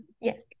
Yes